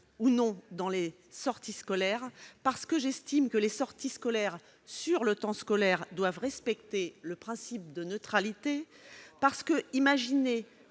lors des sorties scolaires, parce que j'estime que ces sorties effectuées sur le temps scolaire doivent respecter le principe de neutralité, parce qu'il